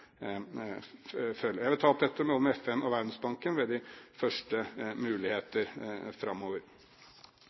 mener. Jeg vil ta opp dette med både FN og Verdensbanken ved de første muligheter framover.